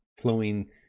flowing